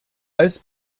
als